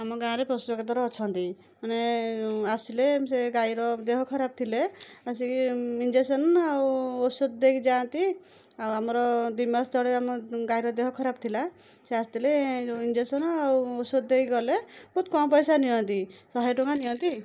ଆମ ଗାଁ'ରେ ପଶୁ ଡାକ୍ତର ଅଛନ୍ତି ମାନେ ଆସିଲେ ସେ ଗାଈର ଦେହ ଖରାପ ଥିଲେ ଆସିକି ଇଞ୍ଜେକ୍ସନ୍ ଆଉ ଔଷଧ ଦେଇକି ଯାଆନ୍ତି ଆଉ ଆମର ଦୁଇ ମାସ ତଳେ ଆମ ଗାଈର ଦେହ ଖରାପ ଥିଲା ସେ ଆସିଥିଲେ ଯୋଉ ଇଞ୍ଜେକ୍ସନ୍ ଆଉ ଔଷଧ ଦେଇକି ଗଲେ ବହୁତ କମ ପଇସା ନିଅନ୍ତି ଶହେ ଟଙ୍କା ନିଅନ୍ତି